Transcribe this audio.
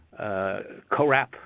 CORAP